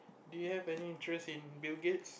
do you have any interest in Bill-Gates